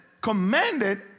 commanded